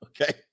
Okay